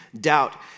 doubt